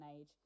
age